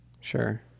Sure